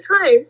time